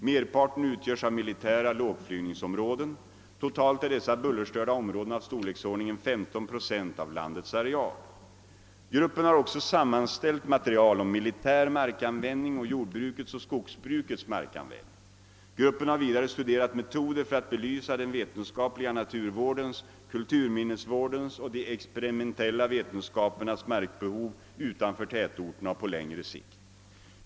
Merparten utgörs av militära lågflygningsområden. Totalt är dessa bullerstörda områden av storleksordningen 15 Z av landets areal. Gruppen har också sammanställt material om militär markanvändning och jordbrukets och skogsbrukets markanvändning. Gruppen har vidare studerat metoder för att belysa den vetenskapliga naturvårdens, kulturminnesvårdens och de experimentella vetenskapernas markbehov utanför tätorterna och på längre sikt.